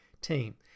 team